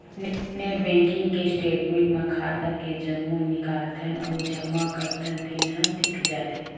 net banking के statement म खाता के जम्मो निकालथन अउ जमा करथन तेन ह दिख जाथे